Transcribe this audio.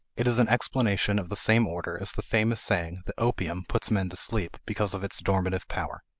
it is an explanation of the same order as the famous saying that opium puts men to sleep because of its dormitive power.